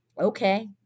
Okay